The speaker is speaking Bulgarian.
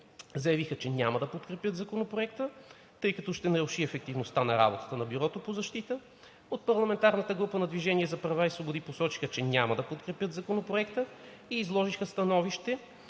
заявиха, че няма да подкрепят Законопроекта, тъй като ще наруши ефективността на работата на Бюрото по защита. От парламентарната група на „Движение за права и свободи“ посочиха, че няма да подкрепят Законопроекта и изложиха становище,